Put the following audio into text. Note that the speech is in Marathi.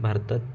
भारतात